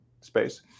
space